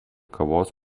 kavos